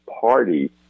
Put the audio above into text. party